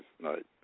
tonight